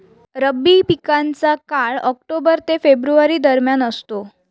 रब्बी पिकांचा काळ ऑक्टोबर ते फेब्रुवारी दरम्यान असतो